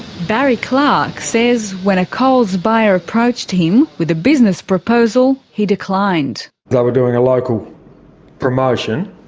barry clarke says when a coles buyer approached him with a business proposal, he declined. they were doing a local promotion.